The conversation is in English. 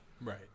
Right